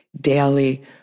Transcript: daily